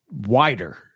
wider